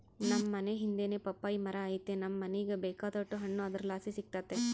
ನಮ್ ಮನೇ ಹಿಂದೆನೇ ಪಪ್ಪಾಯಿ ಮರ ಐತೆ ನಮ್ ಮನೀಗ ಬೇಕಾದೋಟು ಹಣ್ಣು ಅದರ್ಲಾಸಿ ಸಿಕ್ತತೆ